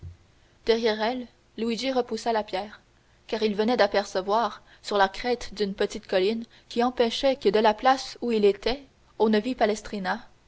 derrière elle luigi repoussa la pierre car il venait d'apercevoir sur la crête d'une petite colline qui empêchait que de la place où il était on ne vît